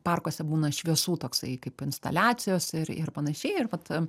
parkuose būna šviesų toksai kaip instaliacijos ir ir panašiai ir vat